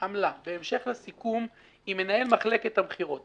"עמלה: בהמשך לסיכום עם מנהל מחלקת המכירות,